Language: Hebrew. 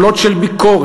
קולות של ביקורת,